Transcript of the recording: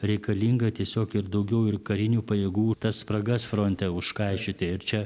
reikalinga tiesiog ir daugiau ir karinių pajėgų tas spragas fronte užkaišioti ir čia